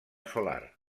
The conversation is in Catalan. solar